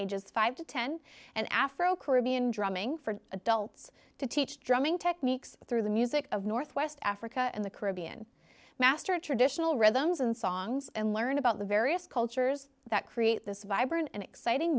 ages five to ten and afro caribbean drumming for adults to teach drumming techniques through the music of north west africa and the caribbean master traditional rhythms and songs and learn about the various cultures that create this vibrant and exciting